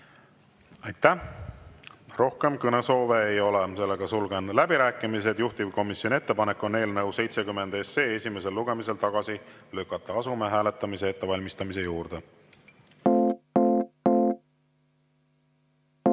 Aitäh! Rohkem kõnesoove ei ole. Sulgen läbirääkimised. Juhtivkomisjoni ettepanek on eelnõu 70 esimesel lugemisel tagasi lükata. Asume hääletamise ettevalmistamise juurde.